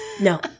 No